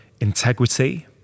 integrity